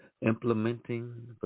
implementing